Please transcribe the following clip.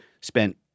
spent